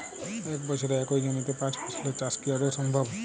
এক বছরে একই জমিতে পাঁচ ফসলের চাষ কি আদৌ সম্ভব?